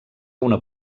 una